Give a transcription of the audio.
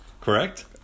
Correct